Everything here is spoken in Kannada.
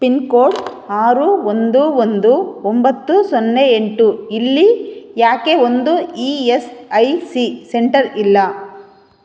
ಪಿನ್ಕೋಡ್ ಆರು ಒಂದು ಒಂದು ಒಂಬತ್ತು ಸೊನ್ನೆ ಎಂಟು ಇಲ್ಲಿ ಯಾಕೆ ಒಂದೂ E S I C centre ಇಲ್ಲ